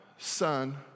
Son